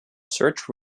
search